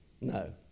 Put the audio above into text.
No